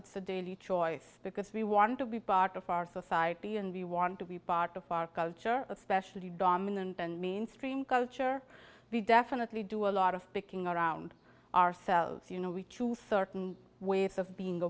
it's a daily choice because we want to be part of our society and we want to be part of our culture especially dominant and mainstream culture we definitely do a lot of picking around ourselves you know we to certain ways of being a